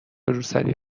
روسری